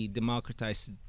democratized